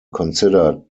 considered